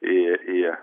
į į